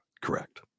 correct